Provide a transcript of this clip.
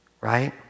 Right